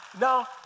Now